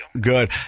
Good